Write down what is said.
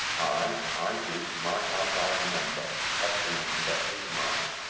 ay, i do, my hand i remember petulant set his mark.